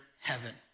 heaven